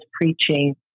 preaching